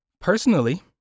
Personally